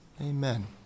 Amen